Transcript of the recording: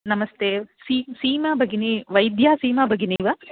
नमस्ते सी सीमा भगिनी वैद्या सीमा भगिनी वा